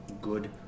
good